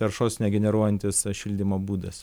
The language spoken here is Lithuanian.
taršos negeneruojantis šildymo būdas